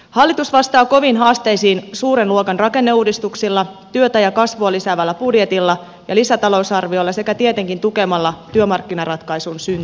hallitus vastaa koviin haasteisiin suuren luokan rakenneuudistuksilla työtä ja kasvua lisäävällä budjetilla ja lisätalousarviolla sekä tietenkin tukemalla työmarkkinaratkaisun syntyä